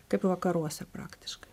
kaip vakaruose praktiškai